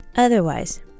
Otherwise